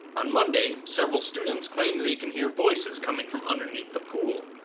on monday, several students claim they can hear voices coming from underneath the pool,